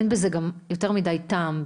וגם אין בזה יותר מדי טעם.